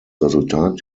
resultat